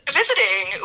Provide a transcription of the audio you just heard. visiting